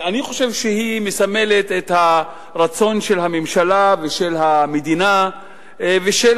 אני חושב שהיא מסמלת את הרצון של הממשלה ושל המדינה ושל